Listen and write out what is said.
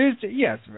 Yes